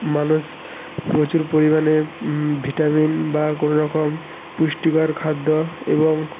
মানুষ প্রচুর পরিমাণে ভিটামিন বা কোনো রকম পুষ্টিকর খাদ্য এবং